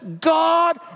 God